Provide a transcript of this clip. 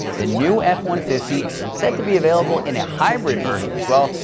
the new f one fifty said to be available in a hybrid version as well.